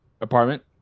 apartment